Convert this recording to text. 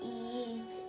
eat